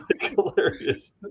hilarious